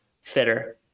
fitter